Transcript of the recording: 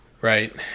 right